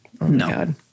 No